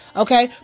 Okay